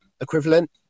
equivalent